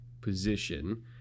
position